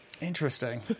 interesting